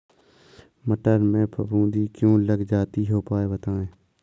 मटर में फफूंदी क्यो लग जाती है उपाय बताएं?